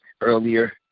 earlier